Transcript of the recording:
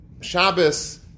Shabbos